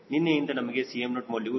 ನಿನ್ನೆಯಿಂದ ನಮಗೆ Cm0 ಮೌಲ್ಯವು 0